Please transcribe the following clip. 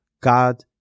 God